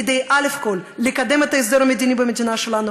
כדי לקדם את ההסדר המדיני במדינה שלנו,